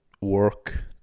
work